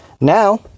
now